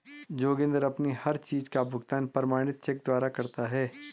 जोगिंदर अपनी हर चीज का भुगतान प्रमाणित चेक द्वारा करता है